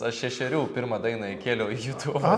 aš šešerių pirmą dainą įkėliau į jutubą